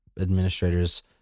administrators